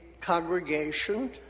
congregation